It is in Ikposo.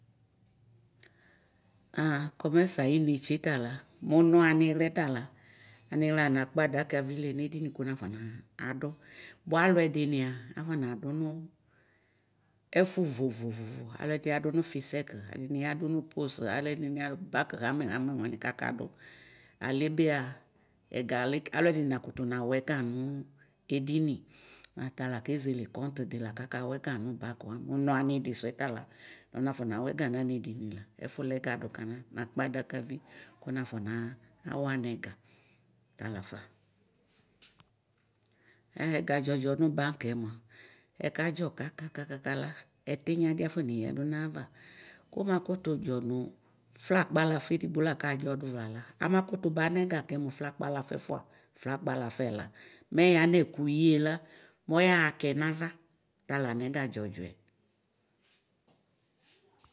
A kɔmɛs ayinetse tɔla mʋnɔ anixlɛ tala anixla la nakpa adakavi lɛnʋ edinʋ kʋnafɔ nadʋ bʋa alʋ ɛdinia afɔnadʋ nʋ ɛfʋ vovovo alʋɛdini adʋnʋ fʋsɛk alʋɛdini yadʋnʋ pos alʋɛdini yadʋnʋ bak xamɛ wani kakadʋ alebea ɛgalɛk alʋɛdini nakʋtʋ nawɔ ɛga nʋ edini atala kezele kɔnt la kakawɔ ɛga nʋ bak wa mʋnɔ anidi sʋɛ tala nɔ nafɔ nawɛga nanedini la ɛfʋlɛga dʋkana nakpa adaka vi kʋ ku nafɔ nawɔ anɛga talafa ɛga dzɔdzɔ nʋ bak yemʋa ɛkadzɔ kakaka la ɛtinyadi afɔ neyadi nayava kʋmʋ akʋtʋ dzɔ nʋ fra akpala fa edigbo lakadzɔ dʋ vlala amakʋtʋ banɛga kɛmʋ fra akpalafɛfʋa fra akpalafa ɛla mɛ yanɛkʋyi yela yaxahɛ nava tala nɛga dzɔdzɔ.